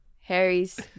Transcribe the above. Harry's